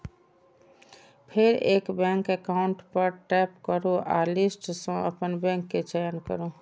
फेर add bank account पर tap करू आ लिस्ट सं अपन बैंक के चयन करू